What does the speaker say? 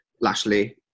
Lashley